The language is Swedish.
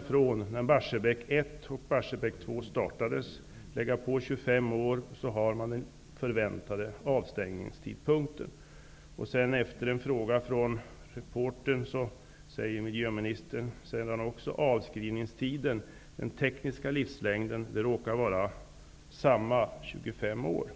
från när Barsebäck 1 och Barsebäck 2 startades, lägga på 25 år så har man den förväntade avstängningstidpunkten.'' Efter en fråga från reportern säger miljöministern: ''-- avskrivningstiden, den tekniska livslängden, det råkar vara samma -- 25 år.''